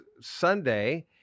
Sunday